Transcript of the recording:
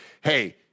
hey